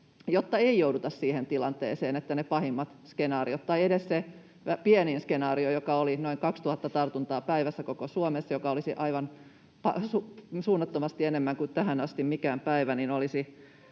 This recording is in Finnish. jotta ei jouduta siihen tilanteeseen, että ne pahimmat skenaariot toteutuisivat — tai edes se pienin skenaario, joka oli noin 2 000 tartuntaa päivässä koko Suomessa, mikä olisi suunnattomasti enemmän kuin tähän asti mikään päivä. Sen vuoksi